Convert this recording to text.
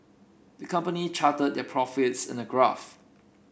the company charted their profits in a graph